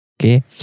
Okay